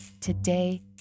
today